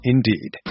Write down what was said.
Indeed